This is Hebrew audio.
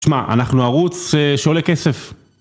תשמע, אנחנו ערוץ שעולה כסף.